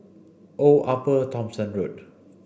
Old Upper Thomson Road